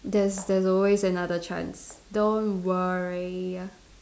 there's there's always another chance don't worry